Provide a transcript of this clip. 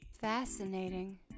Fascinating